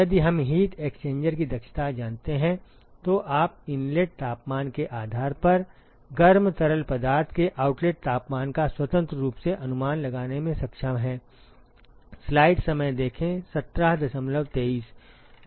यदि हम heat exchanger की दक्षता जानते हैं तो आप इनलेट तापमान के आधार पर गर्म तरल पदार्थ के आउटलेट तापमान का स्वतंत्र रूप से अनुमान लगाने में सक्षम हैं